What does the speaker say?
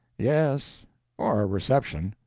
yes or a reception.